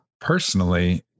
personally